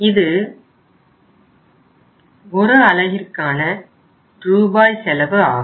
இது ஒரு அலகிற்கான ரூபாய் செலவு ஆகும்